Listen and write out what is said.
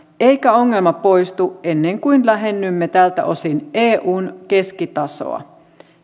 eikä ongelma poistu ennen kuin lähennymme tältä osin eun keskitasoa